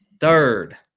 Third